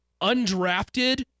undrafted